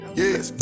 yes